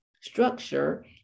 structure